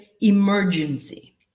emergency